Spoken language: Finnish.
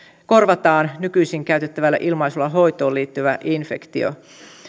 korvataan nykyisin käytettävällä ilmaisulla hoitoon liittyvä infektio